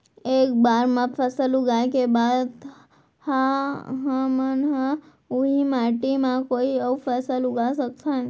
एक बार फसल उगाए के बाद का हमन ह, उही माटी मा कोई अऊ फसल उगा सकथन?